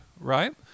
right